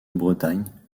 bretagne